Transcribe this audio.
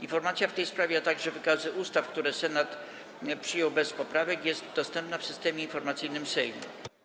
Informacja w tej sprawie, a także wykaz ustaw, które Senat przyjął bez poprawek, są dostępne w Systemie Informacyjnym Sejmu.